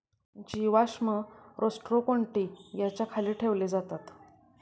जीवाश्म रोस्ट्रोकोन्टि याच्या खाली ठेवले जातात